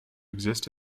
exist